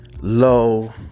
low